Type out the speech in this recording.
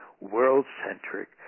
world-centric